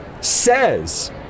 says